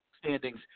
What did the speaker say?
standings